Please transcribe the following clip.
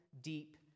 deep